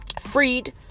freed